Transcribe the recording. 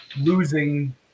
losing